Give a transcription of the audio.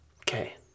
Okay